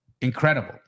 Incredible